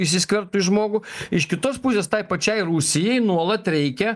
įsiskverbtų į žmogų iš kitos pusės tai pačiai rusijai nuolat reikia